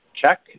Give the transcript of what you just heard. check